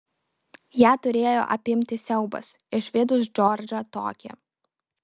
ją turėjo apimti siaubas išvydus džordžą tokį